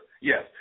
Yes